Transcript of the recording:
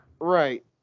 Right